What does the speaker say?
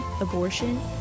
abortion